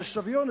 בסביון,